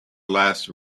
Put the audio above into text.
less